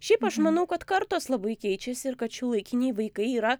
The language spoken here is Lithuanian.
šiaip aš manau kad kartos labai keičiasi ir kad šiuolaikiniai vaikai yra